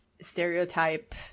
stereotype